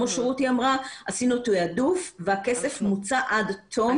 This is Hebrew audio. עשינו תעדוף והכסף מוצה עד תום,